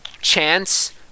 chance